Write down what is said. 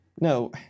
no